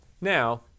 Now